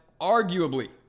arguably